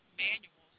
manuals